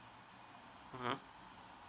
mmhmm